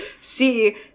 see